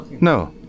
No